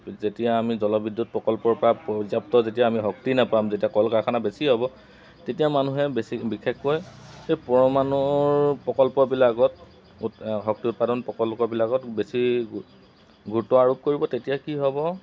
যেতিয়া আমি জলবিদ্যুৎ প্ৰকল্পৰ পৰা পৰ্যাপ্ত যেতিয়া আমি শক্তি নাপাম যেতিয়া কল কাৰখানা বেছি হ'ব তেতিয়া মানুহে বেছি বিশেষকৈ সেই পৰমাণুৰ প্ৰকল্পবিলাকত শক্তি উৎপাদন প্ৰকল্পবিলাকত বেছি গুৰুত্ব আৰোপ কৰিব তেতিয়া কি হ'ব